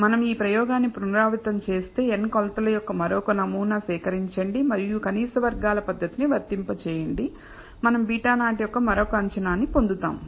మనం ఈ ప్రయోగాన్ని పునరావృతం చేస్తే n కొలత యొక్క మరొక నమూనా సేకరించండి మరియు కనీస వర్గాల పద్ధతిని వర్తింపజేయండి మనం β0 యొక్క మరొక అంచనాను పొందుతాం